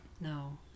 No